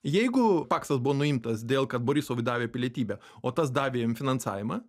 jeigu paksas buvo nuimtas dėl kad borisovui davė pilietybę o tas davė jiem finansavimą